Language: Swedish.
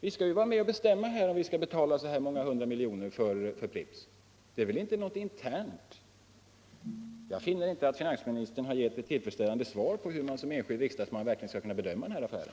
Vi skall vara med och bestämma om man skall = vid statligt företags betala så här många hundra miljoner kronor för Pripps. Det är väl inte = förvärv något internt? Jag finner inte att finansministern gett ett tillfredsställande svar på hur man som enskild riksdagsman verkligen skall kunna bedöma den här affären.